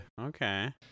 okay